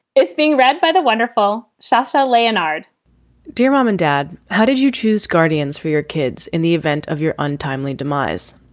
it's being read by the wonderful sas-l leonhard dear mom and dad, how did you choose guardians for your kids? in the event of your untimely demise,